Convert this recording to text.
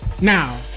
Now